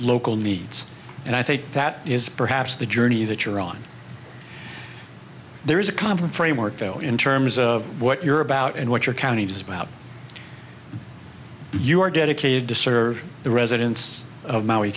local needs and i think that is perhaps the journey that you're on there is a conference framework though in terms of what you're about and what your county is about you are dedicated to serve the residents of maui